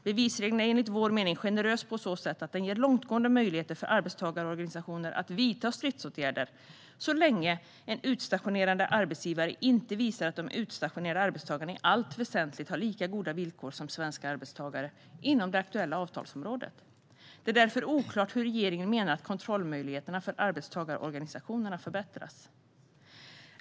Bevisregeln är enligt vår mening generös på så sätt att den ger långtgående möjligheter för arbetstagarorganisationer att vidta stridsåtgärder, så länge en utstationerande arbetsgivare inte visar att de utstationerade arbetstagarna i allt väsentligt har lika goda villkor som svenska arbetstagare inom det aktuella avtalsområdet. Det är därför oklart hur regeringen menar att kontrollmöjligheterna för arbetstagarorganisationerna förbättras.